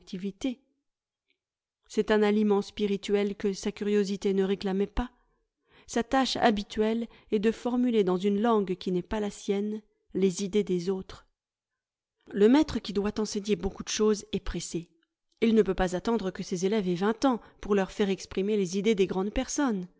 c'est un aliment spirituel que sa curiosité ne réclamait pas sa tâche habituelle est de formuler dans une langue qui n'est pas la sienne les idées des autres le maître qui doit enseigner beaucoup de choses est pressé il ne peut pas attendre que ses élèves aient vingt ans pour leur faire exprimer les idées des grandes personnes